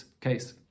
case